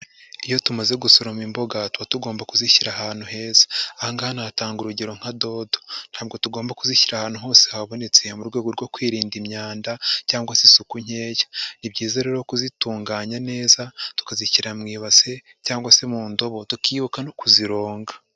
Iyo tumaze gusoroma imboga tuba tugomba kuzishyira ahantu heza, aha ngaha natanga urugero nka dodo, ntabwo tugomba kuzishyira ahantu hose habonetse mu rwego rwo kwirinda imyanda cyangwa se isuku nkeya, ni byiza rero kuzitunganya neza tukazishyira mu ibase cyangwa se mu ndobo tukibuka no kuzironga.